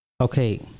okay